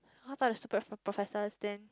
all sorts of stupid professors then